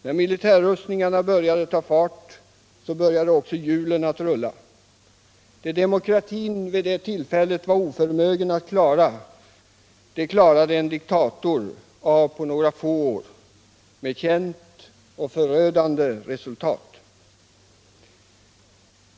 När militärrustningarna började ta fart började också hjulen att rulla. Det demokratin vid det tillfället var oförmögen att klara lyckades en diktator med på några få år — med känt förödande resultat.